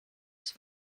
ist